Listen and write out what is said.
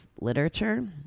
literature